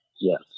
yes